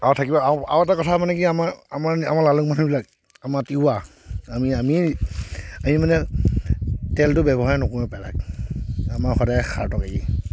আৰু থাকিলে আৰু আৰু এটা কথা মানে কি আমাৰ আমাৰ আমাৰ লালুং মানুহবিলাকে আমাৰ তিৱা আমি আমিয়েই আমি মানে তেলটো ব্যৱহাৰ নকৰোঁৱেই প্ৰায়ভাগ আমাৰ সদায় খাৰ তৰকাৰী